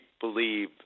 believe